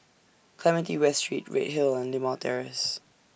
Clementi West Street Redhill and Limau Terrace